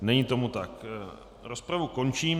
Není tomu tak, rozpravu končím.